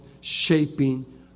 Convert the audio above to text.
shaping